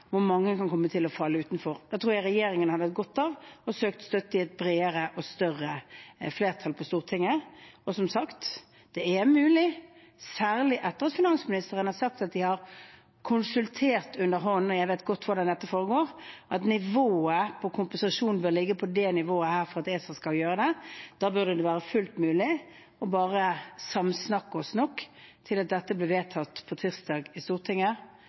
hvor mange kan komme til å falle utenfor. Jeg tror regjeringen hadde hatt godt av å søke støtte i et bredere og større flertall på Stortinget. Som sagt er det mulig, særlig etter at finansministeren har sagt at de har konsultert under hånden – og jeg vet godt hvordan dette foregår – at nivået på kompensasjonen bør ligge på dette nivået for at ESA skal godta det. Da burde det være fullt mulig å bare samsnakke oss nok til at dette blir vedtatt på tirsdag i Stortinget.